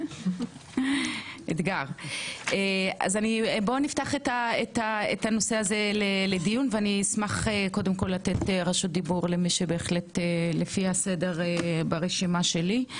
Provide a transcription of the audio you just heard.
נפתח את הנושא לדיון ואשמח קודם כל לתת רשות דיבור לפי הסדר ברשימה שלי.